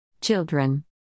children